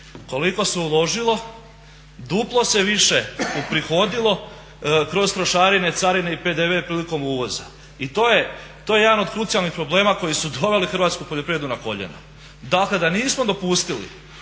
koliko se uložilo duplo se više uprihodilo kroz trošarine, carine i PDV prilikom uvoza. I to je jedan od krucijalnih problema koji su doveli hrvatsku poljoprivredu na koljena. Dakle, da nismo dopustili